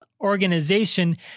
organization